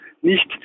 nicht